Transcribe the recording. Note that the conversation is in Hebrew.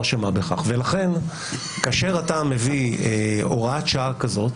של מה בכך ולכן כאשר אתה מביא הוראת שעה כזאת,